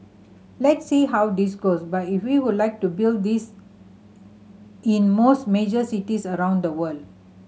let's see how this goes but he we would like to build this in most major cities around the world